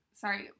sorry